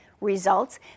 results